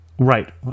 Right